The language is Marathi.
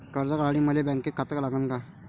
कर्ज काढासाठी मले बँकेत खातं लागन का?